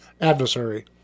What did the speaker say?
adversary